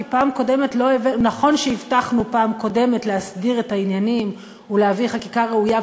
כי נכון שהבטחנו בפעם הקודמת להסדיר את העניינים ולהביא חקיקה ראויה,